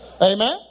Amen